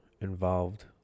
involved